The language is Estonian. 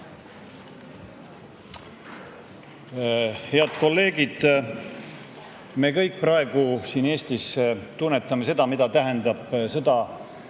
Head kolleegid! Me kõik praegu siin Eestis tunnetame seda, mida tähendab sõda